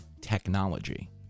technology